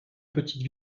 petite